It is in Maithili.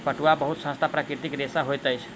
पटुआ बहुत सस्ता प्राकृतिक रेशा होइत अछि